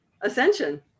ascension